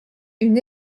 une